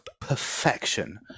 perfection